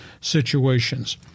situations